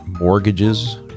mortgages